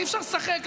אי-אפשר לשחק,